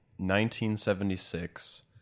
1976